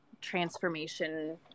transformation